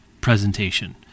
presentation